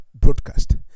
broadcast